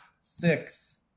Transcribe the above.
Six